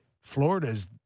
Florida's